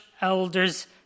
elders